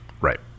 Right